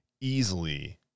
easily